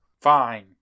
Fine